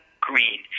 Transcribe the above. Green